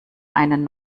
einen